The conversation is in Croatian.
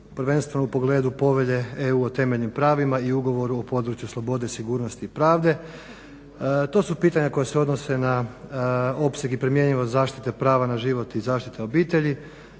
prvenstveno u pogledu Povelje EU o temeljnim pravima i Ugovoru o području slobode, sigurnosti i pravde. To su pitanja koja se odnose na opseg i primjenjivost zaštite prava na život i zaštite obitelji,